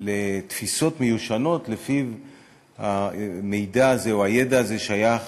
לתפיסות מיושנות שלפיהן המידע הזה או הידע הזה שייך